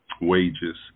wages